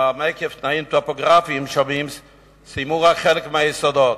אולם עקב תנאים טופוגרפיים סיימו רק חלק מהיסודות.